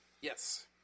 Yes